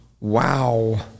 Wow